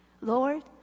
Lord